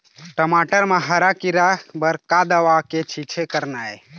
टमाटर म हरा किरा बर का दवा के छींचे करना ये?